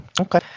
Okay